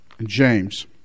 James